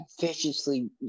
viciously